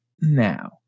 now